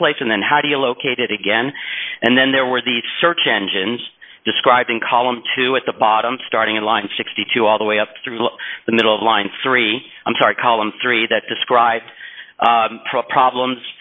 place and then how do you locate it again and then there were the search engines described in column two at the bottom starting in line sixty two all the way up through the middle of line three i'm sorry column three that describes problems